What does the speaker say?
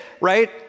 right